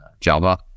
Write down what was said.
Java